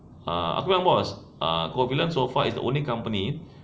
ah aku bilang boss ah aku bilang covalent so far is the only company